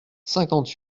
cinquante